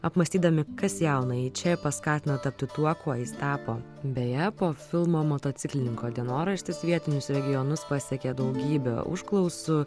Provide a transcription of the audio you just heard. apmąstydami kas jaunąjį če paskatino tapti tuo kuo jis tapo beje po filmo motociklininko dienoraštis vietinius regionus pasekė daugybė užklausų